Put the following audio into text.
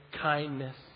Kindness